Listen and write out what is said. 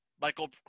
Michael